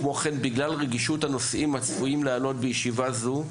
כמו כן בגלל רגישות הנושאים הצפויים לעלות בישיבה זו,